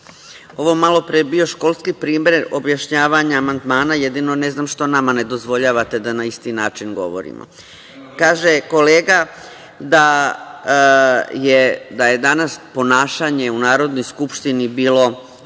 Ovo malo pre je bio školski primer objašnjavanja amandmana, jedino ne znam što nama ne dozvoljavate da na isti način govorimo. Kaže kolega da je danas ponašanje u Narodnoj skupštini bilo